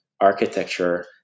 architecture